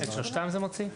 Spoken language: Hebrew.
את שלושתם זה מוציא?